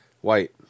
white